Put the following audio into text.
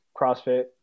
CrossFit